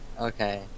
okay